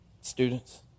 students